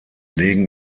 legen